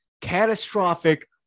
catastrophic